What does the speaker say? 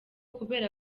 kubera